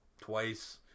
twice